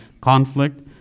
conflict